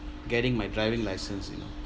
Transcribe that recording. getting my driving license you know